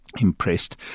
impressed